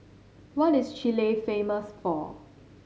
what is Chile famous for